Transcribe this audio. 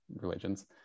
religions